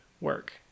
work